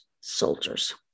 Soldiers